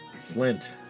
Flint